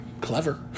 clever